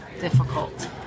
difficult